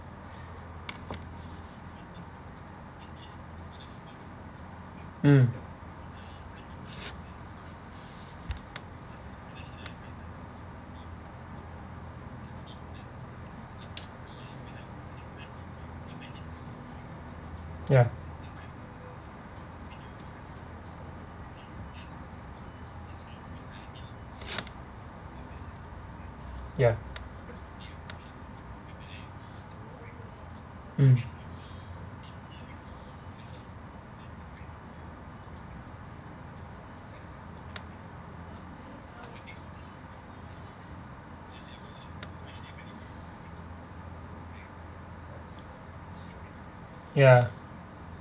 mm ya ya mm ya